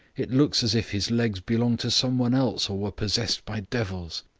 it looks as if his legs belonged to some one else or were possessed by devils.